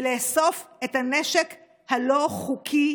לאסוף את הנשק הלא-חוקי,